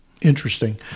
Interesting